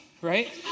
right